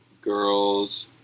Girls